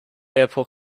airport